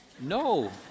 No